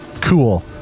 Cool